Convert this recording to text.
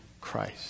Christ